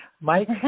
Mike